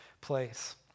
place